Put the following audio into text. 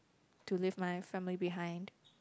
to leave my family behind